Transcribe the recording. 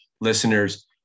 listeners